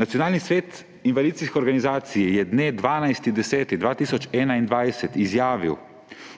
Nacionalni svet invalidskih organizacij je 12. 10. 2021 izjavil: